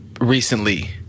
recently